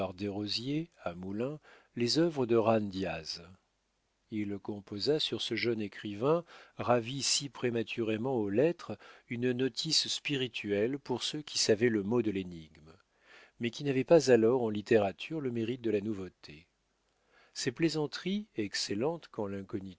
par desroziers à moulins les œuvres de jan diaz il composa sur ce jeune écrivain ravi si prématurément aux lettres une notice spirituelle pour ceux qui savaient le mot de l'énigme mais qui n'avait pas alors en littérature le mérite de la nouveauté ces plaisanteries excellentes